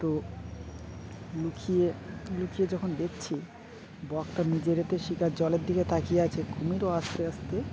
তো লুকিয়ে লুকিয়ে যখন দেখছি বকটা নিজেরতে শিকার জলের দিকে তাকিয়ে আছে কুমিরও আস্তে আস্তে